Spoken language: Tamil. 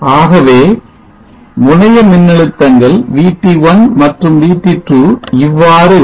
ஆகவே முனைய மின்னழுத்தங்கள் VT1 மற்றும் VT2 இவ்வாறு இருக்கும்